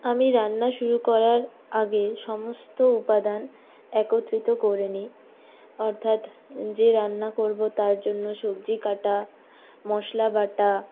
আমি রান্না শুরু করার আগে সমস্ত উপাদান একত্রিত করে নিই অর্থাৎ যে রান্না করবো তার জন্য সবজি কাটা মশলা বাটা